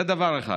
זה, דבר אחד.